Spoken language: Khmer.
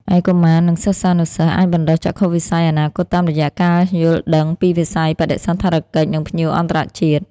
ឯកុមារ និងសិស្សានុសិស្សអាចបណ្ដុះចក្ខុវិស័យអនាគតតាមរយៈការយល់ដឹងពីវិស័យបដិសណ្ឋារកិច្ច និងភ្ញៀវអន្តរជាតិ។